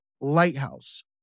lighthouse